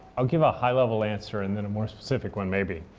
i'll give a high-level answer, and then a more specific one maybe.